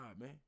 man